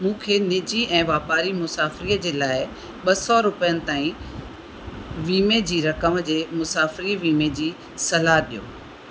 मूंखे निजी ऐं वापारी मुसाफ़िरीअ जे लाइ ॿ सौ रुपयनि ताईं वीमे जी रक़म जे मुसाफ़िरी वीमे जी सलाह ॾियो